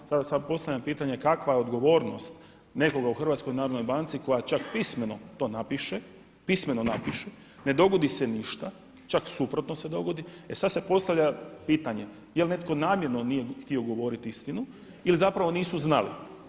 Sada samo postavljam pitanje, kakva je odgovornost nekoga u HNB-u koja čak pismeno to napiše, pismeno napiše, ne dogodi se ništa, čak suprotno se dogodi, e sada se postavlja pitanje, jel netko namjerno nije htio govoriti istinu ili zapravo nisu znali?